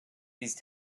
these